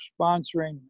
sponsoring